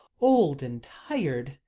old, and tired,